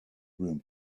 room